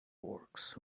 works